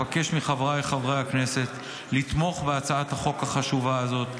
אבקש מחבריי חברי הכנסת לתמוך בהצעת החוק החשובה הזאת.